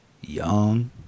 young